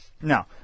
Now